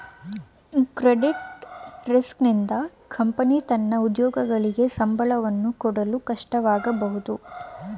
credit risk ನಿಂದ company ತನ್ನ ಉದ್ಯೋಗಿಗಳಿಗೆ ಸಂಬಳವನ್ನು ಕೊಡಲು ಕಷ್ಟವಾಗಬಹುದು